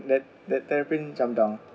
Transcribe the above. that that terrapin jump down